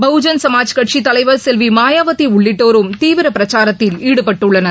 பகுஐன் சமாஜ் கட்சித் தலைவர் செல்விமாயாவதிஉள்ளிட்டோரும் தீவிரபிரச்சாரத்தில் ஈடுபட்டுள்ளனர்